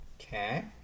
Okay